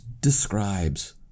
describes